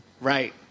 right